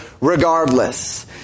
regardless